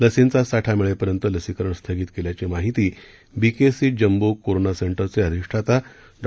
लसींचा साठा मिळेपर्यंत लसीकरण स्थगित केल्याची माहिती बिकेसी जम्बो कोरोना सेंटरचे अधिष्ठाता डॉ